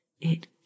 It